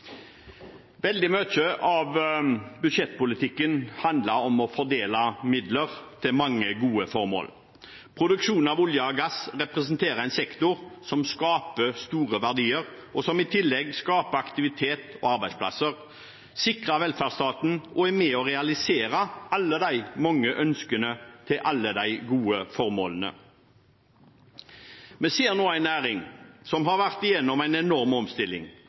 Veldig mye av budsjettpolitikken handler om å fordele midler til mange gode formål. Produksjonen av olje og gass representerer en sektor som skaper store verdier, og som i tillegg skaper aktivitet og arbeidsplasser, sikrer velferdsstaten og er med på å realisere alle de mange ønskene til alle de gode formålene. Vi ser nå en næring som har vært igjennom en enorm omstilling.